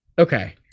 Okay